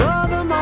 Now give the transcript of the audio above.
Brother